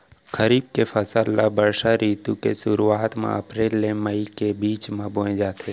खरीफ के फसल ला बरसा रितु के सुरुवात मा अप्रेल ले मई के बीच मा बोए जाथे